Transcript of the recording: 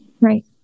Right